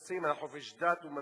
שמבוססים על חופש דת ומצפון,